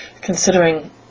considering